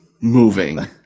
moving